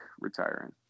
retiring